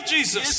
Jesus